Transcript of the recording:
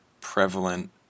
prevalent